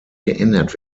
geändert